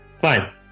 Fine